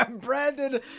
Brandon